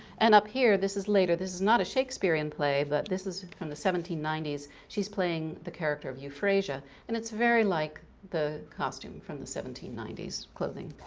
and up here this is later, this is not a shakespearean play but this is from the seventeen ninety s. she's playing the character of euphrasia and it's very like the costume from the seventeen ninety s clothing.